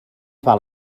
val